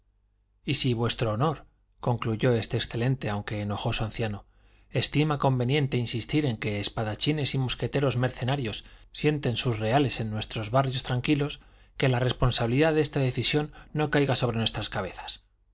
y si vuestro honor concluyó este excelente aunque enojoso anciano estima conveniente insistir en que espadachines y mosqueteros mercenarios sienten sus reales en nuestros barrios tranquilos que la responsabilidad de esta decisión no caiga sobre nuestras cabezas